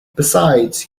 besides